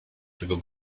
tego